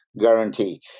guarantee